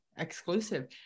exclusive